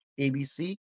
ABC